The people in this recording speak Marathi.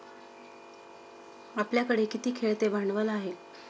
आपल्याकडे किती खेळते भांडवल आहे?